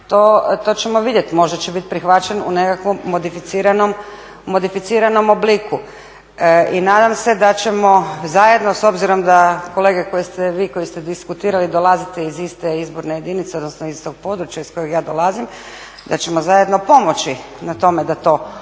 to ćemo vidjeti. Možda će biti prihvaćen u nekakvom modificiranom obliku. I nadam se da ćemo zajedno s obzirom da kolege koje ste, vi koji ste diskutirali dolazite iz iste izborne jedinice, odnosno iz istog područja iz kojeg ja dolazim da ćemo zajedno pomoći na tome da to ostane